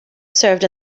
served